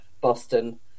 Boston